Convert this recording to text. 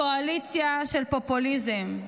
קואליציה של פופוליזם,